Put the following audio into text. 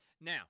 Now